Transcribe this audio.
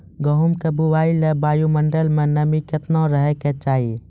गेहूँ के बुआई लेल वायु मंडल मे नमी केतना रहे के चाहि?